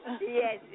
yes